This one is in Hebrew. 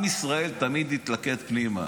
עם ישראל תמיד התלכד פנימה.